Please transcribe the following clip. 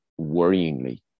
worryingly